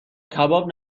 کباب